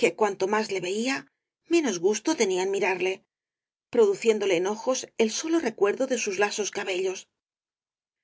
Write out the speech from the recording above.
que cuanto más le veía menos gusto tenía en mirarle produciéndole enojos el solo recuerdo de sus lasos cabellos